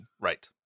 right